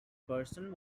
person